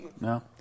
No